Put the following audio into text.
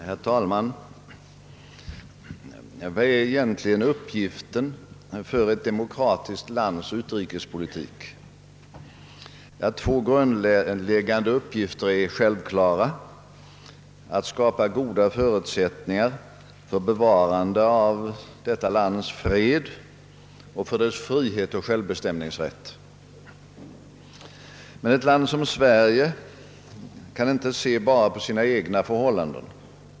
Herr talman! Vilken är egentligen uppgiften för ett demokratiskt lands utrikespolitik? Två grundläggande uppgifter är självklara. Den ena är att skapa goda förutsättningar för bevarande av landets fred samt dess frihet och självbestämningsrätt. Men ett land som Sverige kan inte se bara på sina egna förhållanden.